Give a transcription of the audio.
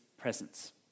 presence